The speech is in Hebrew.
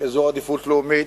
אזור עדיפות לאומית,